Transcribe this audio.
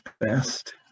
best